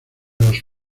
los